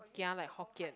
kia like hokkien